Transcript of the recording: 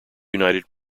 united